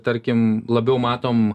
tarkim labiau matom